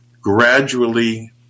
Gradually